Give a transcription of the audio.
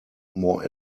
more